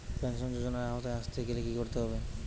Pension যজোনার আওতায় আসতে গেলে কি করতে হবে?